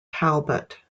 talbot